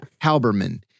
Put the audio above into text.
Halberman